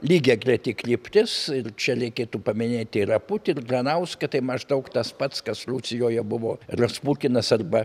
lygiagreti kryptis ir čia reikėtų paminėti ir aputį ir granauską tai maždaug tas pats kas rusijoje buvo respukinas arba